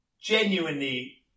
genuinely